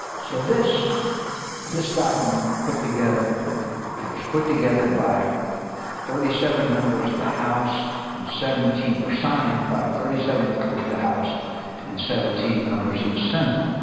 so this this but put together was put together by thirty seven members of the house and seventeen or signed by thirty seven members of the house and seventeen members of the senate.